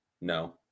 no